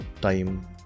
time